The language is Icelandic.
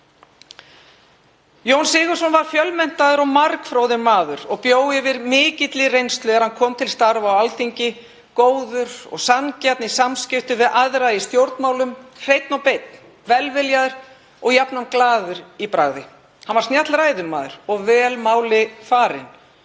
Jón Sigurðsson var fjölmenntaður og margfróður maður og bjó yfir mikilli reynslu er hann kom til starfa á Alþingi, góður og sanngjarn í samskiptum við aðra í stjórnmálum, hreinn og beinn, velviljaður og jafnan glaður í bragði. Hann var snjall ræðumaður og vel máli farinn.